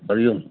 हरिओम